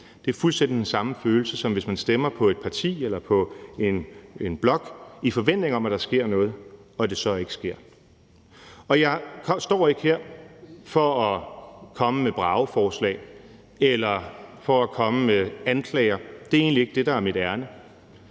Det er fuldstændig den samme følelse, som hvis man stemmer på et parti eller på en blok i forventning om, at der sker noget, og det så ikke sker. Jeg står ikke her for at komme med brageforslag eller for at komme med anklager. Det er egentlig ikke det, der er mit ærinde.